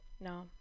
No